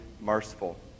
merciful